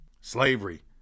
Slavery